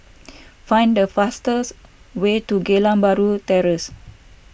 find the fastest way to Geylang Bahru Terrace